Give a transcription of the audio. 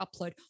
upload